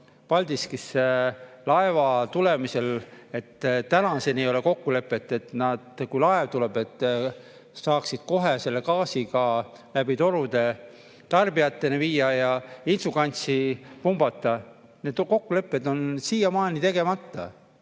Paldiskisse laeva tulemist. Tänaseni ei ole kokkulepet, et nad, kui laev tuleb, saaksid kohe selle gaasi läbi torude tarbijateni viia ja Inčukalnsi pumbata. Need kokkulepped on siiamaani tegemata.